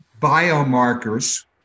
biomarkers